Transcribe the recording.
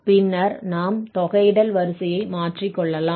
பின்னர் நாம் தொகையிடல் வரிசையை மாற்றிக்கொள்ளலாம்